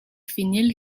vinyl